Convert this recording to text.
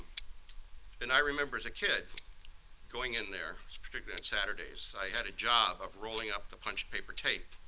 and i remember as a kid going in there, particularly on saturdays. i had a job of rolling up the punched paper tape,